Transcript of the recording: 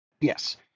Yes